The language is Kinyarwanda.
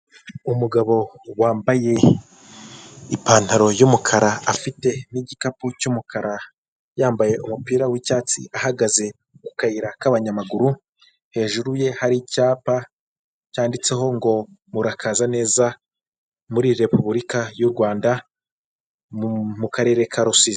Umugabo wambaye ipantaro yumukara afite ni'gikapu cy'umukara yambaye umupira w'icyatsi ahahagaze ku kayira k'abanyamaguru, hejuru ye hari icyapa cyanditseho ngo murakaza neza muri repubulika y'u rwanda mu karere ka rusizi.